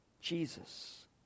Jesus